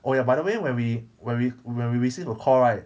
oh ya by the way when we when we when we receive a call right